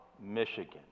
Michigan